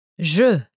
Je